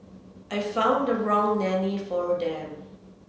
I found the wrong nanny for them